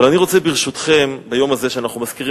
אבל אני רוצה, ברשותכם, ביום הזה שאנחנו מזכירים